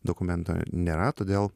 dokumento nėra todėl